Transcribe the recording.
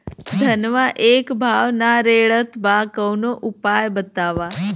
धनवा एक भाव ना रेड़त बा कवनो उपाय बतावा?